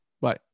Bye